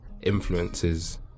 influences